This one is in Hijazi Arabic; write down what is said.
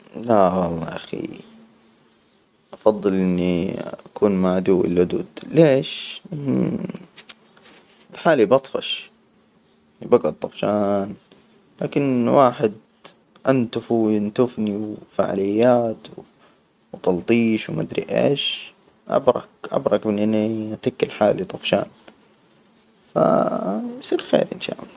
لا والله يا أخي، أفضل إني أكون مع عدوي اللدود ليش؟ بحالي بطفش، بجعد طفشان، لكن واحد أنتفوا وينتفني، و فعاليات وتلطيش وما أدري إيش أبرك- أبرك من إنى أتك لحالي طفشان، فيصير خير إن شاء الله.